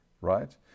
right